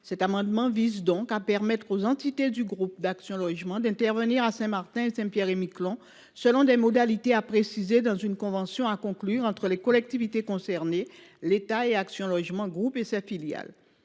Cet amendement tend donc à permettre aux entités du groupe Action Logement d’intervenir à Saint Martin et à Saint Pierre et Miquelon selon des modalités à préciser dans une convention à conclure entre la collectivité concernée, l’État et Action Logement Groupe et ses filiales.